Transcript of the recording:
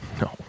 No